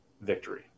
victory